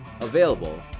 available